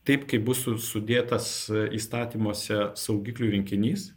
taip kaip bus su sudėtas įstatymuose saugiklių rinkinys